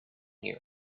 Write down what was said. europe